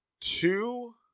two